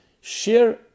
share